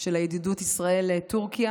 של ידידות ישראל-טורקיה.